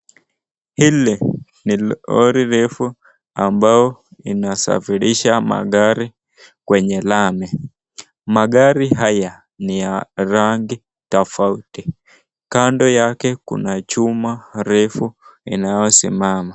Hili ni lori refu ambao inasafirisha magari kwenye lami. Magari haya ni ya rangi tofauti. Kando yake kuna chuma refu inayosimama.